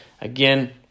Again